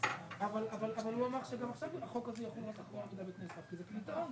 להפקידה אבל לכן בדיוק קבענו את החלופות שהצענו.